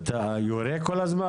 אתה יורה כל הזמן?